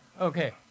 Okay